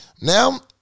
Now